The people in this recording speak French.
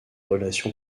relation